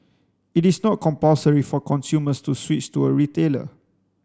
it is not compulsory for consumers to switch to a retailer